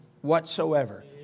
whatsoever